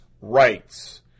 rights